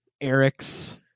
Eric's